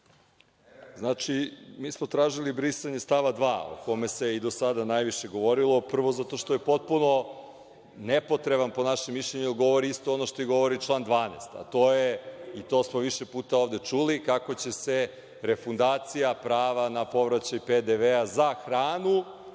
Mi smo tražili brisanje stava 2. o kome se i do sada najviše govorilo upravo što je potpuno nepotreban po našem mišljenju, jer govori isto ono što govori i član 12. A to je, to smo više puta ovde čuli, kako će se refundacija prava na povraćaj PDV za hranu